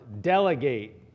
delegate